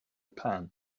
pan